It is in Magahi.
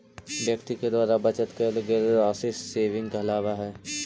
व्यक्ति के द्वारा बचत कैल गेल राशि सेविंग कहलावऽ हई